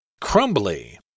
Crumbly